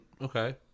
Okay